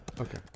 Okay